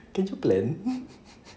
can you plan